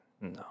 No